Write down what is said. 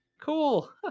Cool